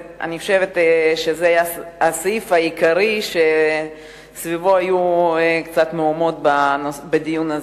אני חושבת שזה היה הסעיף העיקרי שסביבו היו קצת מהומות בדיון הזה.